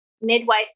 midwife